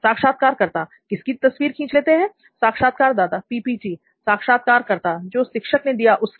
साक्षात्कारकर्ता किसकी तस्वीर खींच लेते हैं साक्षात्कारदाता पीपीटी साक्षात्कारकर्ता जो शिक्षक ने दिया उसकी